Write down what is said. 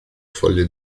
foglie